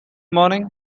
morning